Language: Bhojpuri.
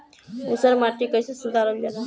ऊसर माटी कईसे सुधार जाला?